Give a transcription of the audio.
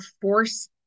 force